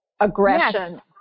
aggression